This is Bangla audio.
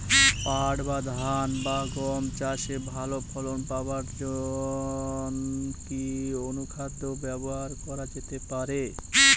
পাট বা ধান বা গম চাষে ভালো ফলন পাবার জন কি অনুখাদ্য ব্যবহার করা যেতে পারে?